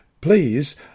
Please